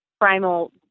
primal